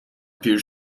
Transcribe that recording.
پیر